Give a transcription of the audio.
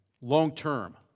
long-term